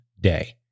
day